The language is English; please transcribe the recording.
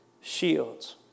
shields